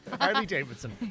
Harley-Davidson